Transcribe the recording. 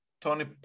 Tony